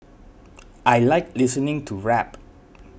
I like listening to rap